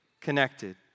connected